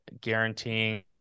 guaranteeing